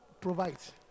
provides